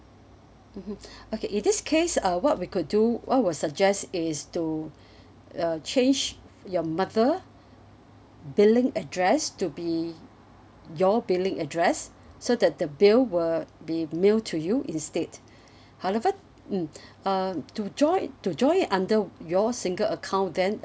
mmhmm okay it this case uh what we could do what was suggest is to uh change your mother billing address to be your billing address so that the bill will be mailed to you instead however mm um to join to join it under your single account then